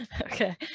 Okay